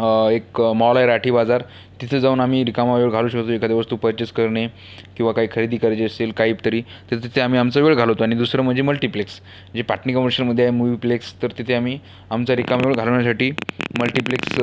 एक मॉल आहे राठी बाजार तिथे जाऊन आम्ही रिकामा वेळ घालवू शकतो एखादी वस्तू परचेज करणे किंवा काही खरेदी करायची असेल काही तरी तर तिथे आम्ही आमचा वेळ घालवतो आणि दुसरं म्हणजे मल्टिप्लेक्स जे पाटनी कमर्शियलमध्ये आहे मुवीप्लेक्स तर तिथे आम्ही आमचा रिकामा वेळ घालवण्यासाठी मल्टिप्लेक्स